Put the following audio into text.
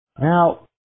Now